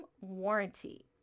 warranty